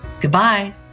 Goodbye